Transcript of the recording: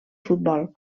futbol